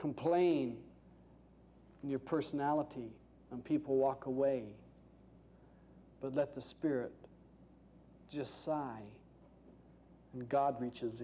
complain and your personality and people walk away but let the spirit just side and god reaches